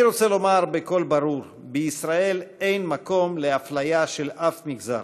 אני רוצה לומר בקול ברור: בישראל אין מקום לאפליה של אף מגזר.